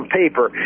paper